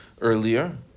earlier